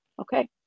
okay